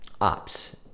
ops